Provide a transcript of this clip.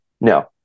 No